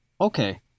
Okay